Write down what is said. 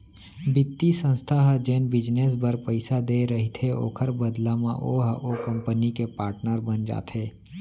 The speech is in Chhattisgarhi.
बित्तीय संस्था ह जेन बिजनेस बर पइसा देय रहिथे ओखर बदला म ओहा ओ कंपनी के पाटनर बन जाथे